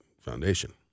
foundation